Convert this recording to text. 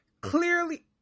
clearly